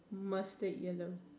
mustard yellow